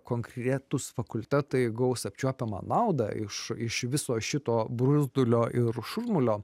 konkretūs fakultetai gaus apčiuopiamą naudą iš iš viso šito bruzdulio ir šurmulio